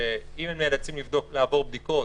אם הם נאלצים לעבור בדיקות,